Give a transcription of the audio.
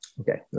Okay